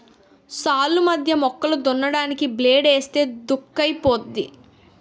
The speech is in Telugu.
సాల్లు మధ్య మొక్కలు దున్నడానికి బ్లేడ్ ఏస్తే దుక్కైపోద్ది